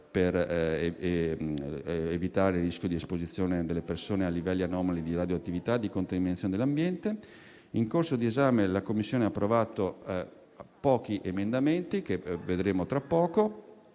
per evitare il rischio di esposizione delle persone a livelli anomali di radioattività e di contaminazione dell'ambiente. Nel corso dell'esame in Commissione sono stati approvati pochi emendamenti, che vedremo tra poco.